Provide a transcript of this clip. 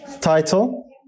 title